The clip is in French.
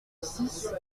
six